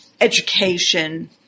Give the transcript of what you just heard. education